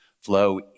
Flow